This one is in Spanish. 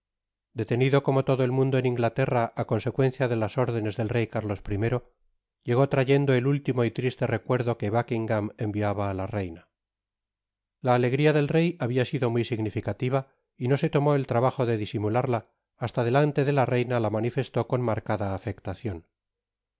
detenido como todo el mundo en inglaterra á consecuencia de las órdenes del rey carlos i llegó trayendo el último y triste recuerdo que buckingam enviaba á la reina t at fin laporte fué tambien encerrado en u bastitta por su adhesion á ta reina content from google book search generated at la alegria del rey habia sido muy significativa y no se tomó el trabajo de disimularla hasta delante de la reina la manifestó con marcada afectacion